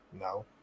No